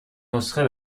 نسخه